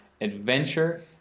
adventure